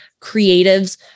creatives